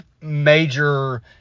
major